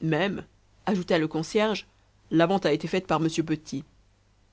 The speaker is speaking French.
même ajouta le concierge la vente a été faite par m petit